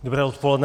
Dobré odpoledne.